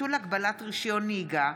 ביטול הגבלת רישיון נהיגה),